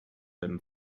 him